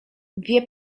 wie